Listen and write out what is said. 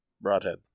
broadhead